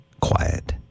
quiet